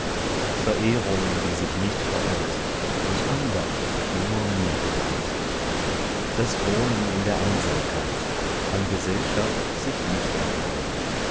verehrung die sich nicht verirrt durch andacht die nur mir geweiht das wohnen in der einsamkeit an gesellschaft sich nicht erfreun